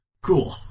cool